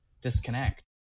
disconnect